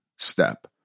step